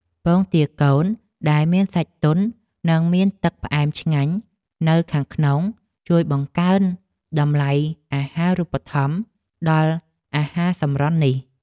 ពងទាកូនដែលមានសាច់ទន់និងមានទឹកផ្អែមឆ្ងាញ់នៅខាងក្នុងជួយបង្កើនតម្លៃអាហារូបត្ថម្ភដល់អាហារសម្រន់នេះ។